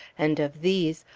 and of these,